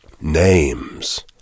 Names